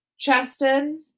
Cheston